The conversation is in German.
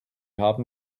haben